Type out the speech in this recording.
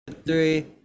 Three